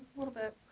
little bit.